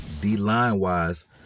D-line-wise